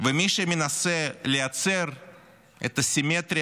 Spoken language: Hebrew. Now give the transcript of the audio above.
ומי שמנסה לייצר את הסימטריה